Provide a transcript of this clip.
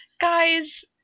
Guys